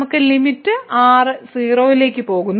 നമുക്ക് limit r 0 ലേക്ക് പോകുന്നു